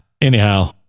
Anyhow